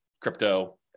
crypto